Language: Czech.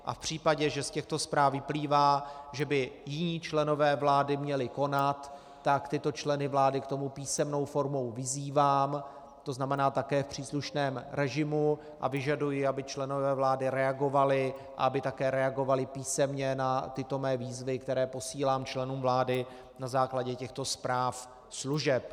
A v případě, že z těchto zpráv vyplývá, že by i jiní členové vlády měli konat, tak tyto členy vlády k tomu písemnou formou vyzývám, to znamená také v příslušném režimu, a vyžaduji, aby členové vlády reagovali a aby také reagovali písemně na tyto mé výzvy, které posílám členům vlády na základě těchto zpráv služeb.